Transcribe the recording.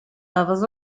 levels